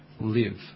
live